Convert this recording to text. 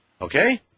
Okay